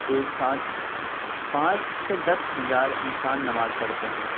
ایک ساتھ پانچ سے دس ہزار انسان نماز پڑھتے ہیں